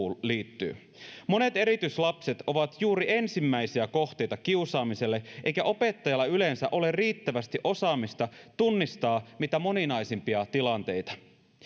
liittyy monet erityislapset ovat juuri ensimmäisiä kohteita kiusaamiselle eikä opettajalla yleensä ole riittävästi osaamista tunnistaa mitä moninaisimpia tilanteita